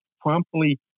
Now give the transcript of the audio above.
promptly